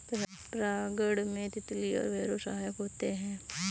परागण में तितली और भौरे सहायक होते है